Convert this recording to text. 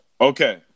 Okay